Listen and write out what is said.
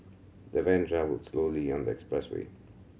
the van travelled slowly on the expressway